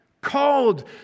Called